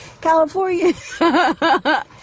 California